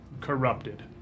corrupted